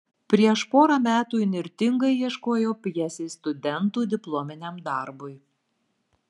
prieš porą metų įnirtingai ieškojau pjesės studentų diplominiam darbui